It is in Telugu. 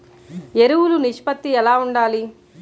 ఎరువులు నిష్పత్తి ఎలా ఉండాలి?